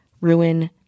ruin